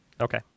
Okay